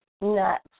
nuts